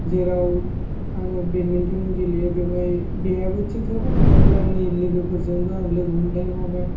जेराव आङो बेदमिन्टन गेलेयो बेवहाय देहायाबो थिग थाबाय आरो आंनि लोगोफोरजोंबो आं लोगो हमलायनो हाबाय